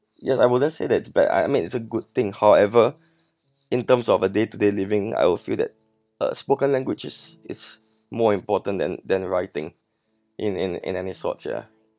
yes I wouldn't say that's bad I mean it's a good thing however in terms of a day to day living I will feel that uh spoken language is is more important than than writing in in in any sorts ya